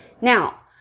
Now